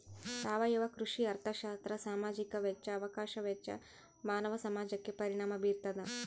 ಸಾವಯವ ಕೃಷಿ ಅರ್ಥಶಾಸ್ತ್ರ ಸಾಮಾಜಿಕ ವೆಚ್ಚ ಅವಕಾಶ ವೆಚ್ಚ ಮಾನವ ಸಮಾಜಕ್ಕೆ ಪರಿಣಾಮ ಬೀರ್ತಾದ